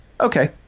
Okay